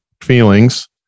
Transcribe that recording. feelings